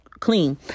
clean